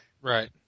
Right